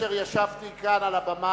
כאשר ישבתי כאן על הבימה,